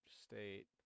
state